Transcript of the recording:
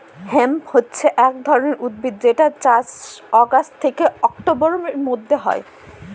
hemp হছে এক ধরনের উদ্ভিদ যেটার চাষ অগাস্ট থেকে অক্টোবরের মধ্যে হয়